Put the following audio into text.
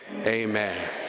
Amen